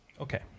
okay